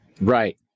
Right